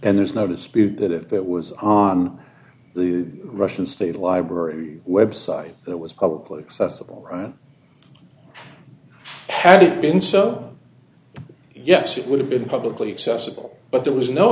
and there's no dispute that if that was on the russian state library website it was publicly accessible had it been so yes it would have been publicly accessible but there was no